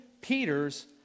Peter's